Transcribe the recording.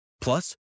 Plus